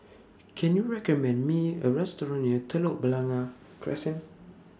Can YOU recommend Me A Restaurant near Telok Blangah Crescent